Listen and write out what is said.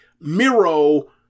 Miro